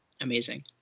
amazing